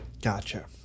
Gotcha